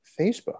Facebook